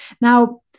Now